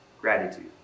gratitude